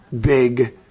big